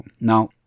Now